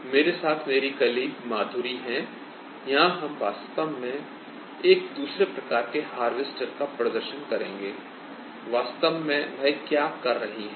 मेरे साथ मेरी कलीग माधुरी हैं I यहां हम वास्तव में एक दूसरे प्रकार के हार्वेस्टर का प्रदर्शन करेंगे I वास्तव में वह क्या कर रही है